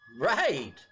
Right